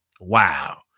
Wow